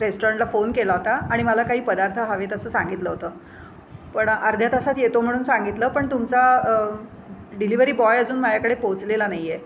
रेस्टॉरंटला फोन केला होता आणि मला काही पदार्थ हवेत असं सांगितलं होतं पण अर्ध्या तासात येतो म्हणून सांगितलं पण तुमचा डिलिवरी बॉय अजून माझ्याकडे पोचलेला नाही आहे